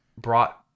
brought